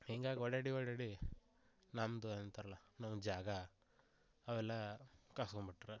ಹಿಂಗಾಗಿ ಓಡ್ಯಾಡಿ ಓಡ್ಯಾಡಿ ನಮ್ಮದು ಅಂತಾರೆ ನಮ್ಮ ಜಾಗ ಅವೆಲ್ಲ ಕಸ್ಕೊಂಬಿಟ್ರ್